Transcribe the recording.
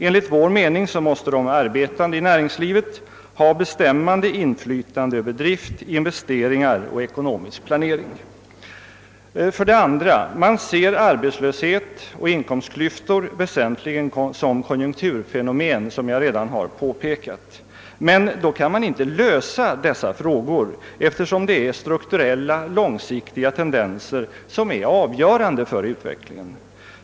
Enligt vår mening måste de arbetande inom näringslivet ha bestämmande inflytande över drift, investeringar och ekonomisk planering. För det andra betraktas arbetslöshet och inkomstklyftor väsentligen som konjunkturfenomen. Alltså kan man inte lösa dessa frågor, eftersom det är strukturella långsiktiga tendenser som är avgörande för utvecklingen.